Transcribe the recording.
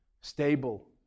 Stable